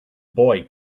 boy